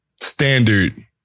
standard